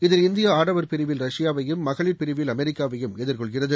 இதில் இந்தியா ஆடவர் பிரிவில் ரஷ்பாவையும் மகளிர் பிரிவில் அமெரிக்காவையும் எதிர்கொள்கிறது